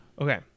Okay